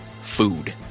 food